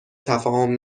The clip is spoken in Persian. تفاهم